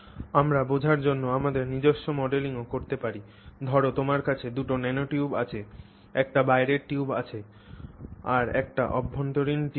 আমরা বোঝার জন্য আমাদের নিজস্ব মডেলিংও করতে পারি ধর তোমার কাছে দুটি ন্যানোটিউব আছে একটি বাইরের টিউব আছে আর একটি অভ্যন্তরীণ টিউব রয়েছে